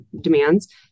demands